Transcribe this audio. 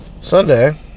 Sunday